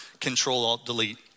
Control-Alt-Delete